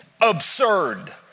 absurd